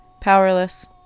powerless